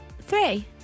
Three